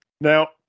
Now